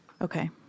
Okay